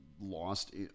lost